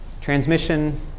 transmission